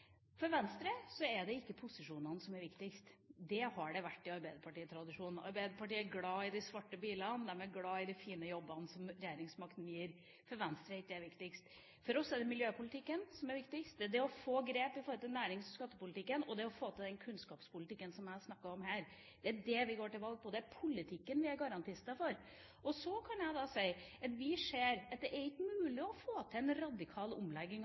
ikke posisjonene som er viktigst. Det har det vært i arbeiderpartitradisjonen. Arbeiderpartiet er glad i de svarte bilene og de fine jobbene som regjeringsmakten gir. For Venstre er ikke det viktigst. For oss er det miljøpolitikken som er viktigst, det å få grep om nærings- og skattepolitikken, og det å få til den kunnskapspolitikken som jeg snakket om. Det er det vi går til valg på. Det er politikken vi er garantister for. Og så kan jeg si at vi ser at det ikke er mulig å få til en radikal omlegging